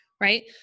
right